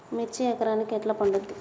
మిర్చి ఎకరానికి ఎట్లా పండుద్ధి?